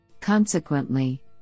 Consequently